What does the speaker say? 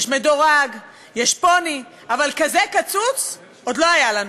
יש מדורג, יש פוני, אבל כזה קצוץ עוד לא היה לנו.